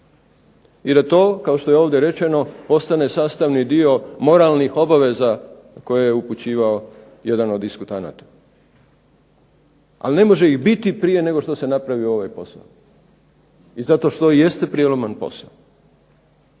i da to, kao što je ovdje rečeno, postane sastavni dio moralnih obveza na koje je upućivao jedan od diskutanata. Ali ne može ih biti prije nego što se napravi ovaj posao i zato što jeste prijeloman posao.